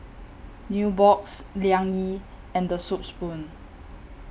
Nubox Liang Yi and The Soup Spoon